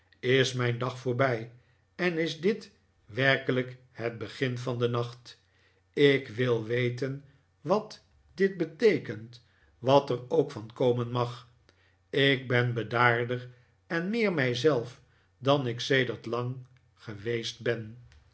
is mijn dag voorbij en is dit werkelijk het begin van den nacht ik wil weten wat dit beteekent wat er ook van komen mag ik ben bedaarder en meer mij zelf dan ik sedert lang geweest ben